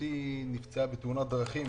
אחותי נפצעה בתאונת דרכים